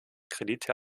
kredite